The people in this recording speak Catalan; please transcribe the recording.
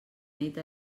nit